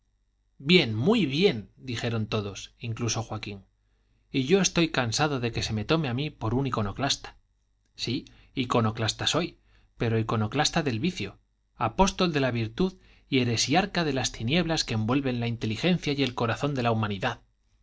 bien muy bien dijeron todos incluso joaquín y yo estoy cansado de que se me tome a mí por un iconoclasta sí iconoclasta soy pero iconoclasta del vicio apóstol de la virtud y heresiarca de las tinieblas que envuelven la inteligencia y el corazón de la humanidad